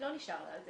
לא נשאר לה.